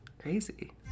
crazy